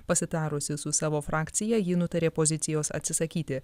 pasitarusi su savo frakcija ji nutarė pozicijos atsisakyti